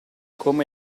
come